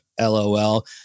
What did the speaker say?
lol